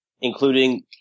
including